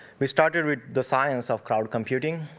we started with the science of crowd computing.